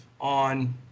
on